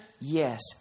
Yes